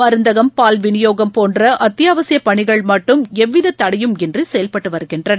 மருந்தகம் பால் விநியோகம் போன்றஅத்தியாவசியப் பணிகள் மட்டும் எவ்விததடையும் இன்றிசெயல்பட்டுவருகின்றன